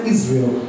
Israel